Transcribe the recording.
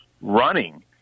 running